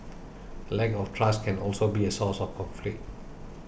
a lack of trust can also be a source of conflict